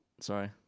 sorry